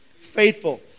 faithful